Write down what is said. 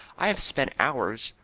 i have spent hours,